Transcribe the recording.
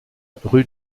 rue